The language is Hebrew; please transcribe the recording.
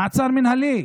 במעצר מינהלי.